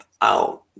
out